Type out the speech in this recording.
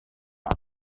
rock